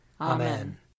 Amen